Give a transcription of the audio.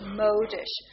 modish